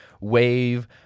wave